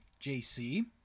JC